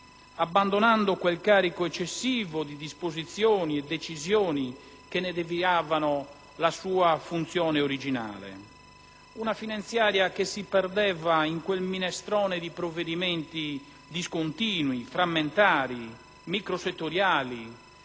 abbandonando quel carico eccessivo dì disposizioni e decisioni che ne deviavano la sua funzione originale. Una finanziaria che si perdeva in quel minestrone di provvedimenti discontinui, frammentari, microsettoriali,